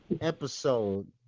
episode